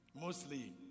mostly